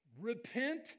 Repent